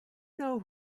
know